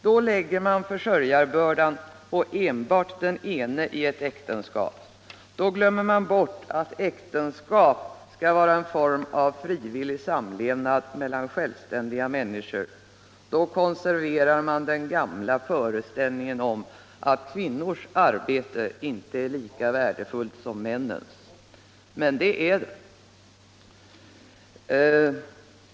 Då lägger man försörjningsbördan på enbart den ene i ett äktenskap. Då glömmer man bort att äktenskapet skall vara en form av frivillig samlevnad mellan självständiga människor. Då konserverar man den gamla föreställningen om att kvinnors arbete inte är lika värdefullt som männens. Men det är det.